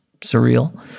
surreal